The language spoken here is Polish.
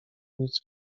nic